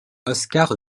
oskar